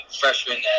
freshman